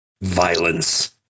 Violence